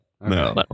no